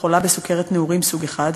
חולה בסוכרת נעורים סוג 1,